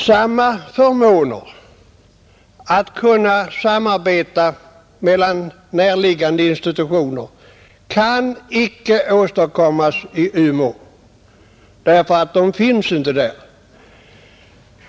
Samma förmåner att kunna samarbeta mellan näraliggande institutioner kan icke åstadkommas i Umeå, eftersom de inte finns där.